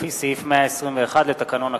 לפי סעיף 121 לתקנון הכנסת.